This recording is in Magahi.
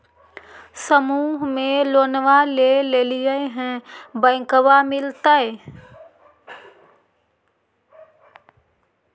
समुह मे लोनवा लेलिऐ है बैंकवा मिलतै?